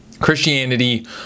Christianity